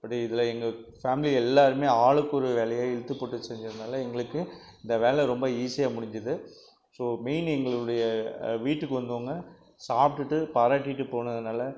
but இதில் எங்கள் family எல்லோருமே ஆளுக்கு ஒரு வேலையை இழுத்து போட்டுகிட்டு செஞ்சதினால எங்களுக்கு இந்த வேலை ரொம்ப ஈஸியாக முடிஞ்சுது ஸோ மெயின் எங்களுடைய வீட்டுக்கு வந்தவங்க சாப்ட்டுட்டு பாராட்டிவிட்டு போனதினால